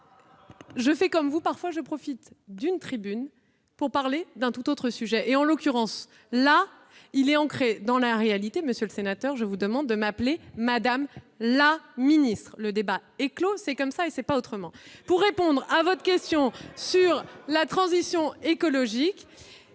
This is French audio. Je fais comme vous ! Parfois, je profite d'une tribune pour parler d'un tout autre sujet. En l'occurrence, ce sujet est ancré dans la réalité, monsieur le sénateur, et je vous demande de m'appeler « madame la secrétaire d'État ». Le débat est clos. C'est comme cela et pas autrement ! Pour répondre à votre question sur la transition écologique,